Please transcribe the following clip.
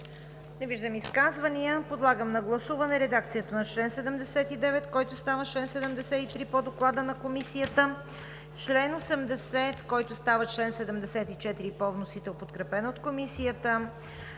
Не виждам изказвания. Подлагам на гласуване редакцията на чл. 79, който става член 73 по Доклада на Комисията; чл. 80, който става чл. 74 по вносител, подкрепен от Комисията;